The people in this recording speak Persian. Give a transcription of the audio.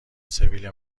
سبیل